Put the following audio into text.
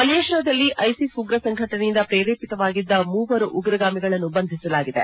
ಮಲೇಷ್ಠಾದಲ್ಲಿ ISIS ಉಗ್ರ ಸಂಘಟನೆಯಿಂದ ಪ್ರೇರೇಪಿತವಾಗಿದ್ದ ಮೂವರು ಉಗ್ರಗಾಮಿಗಳನ್ನು ಬಂಧಿಸಲಾಗಿದೆ